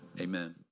Amen